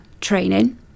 training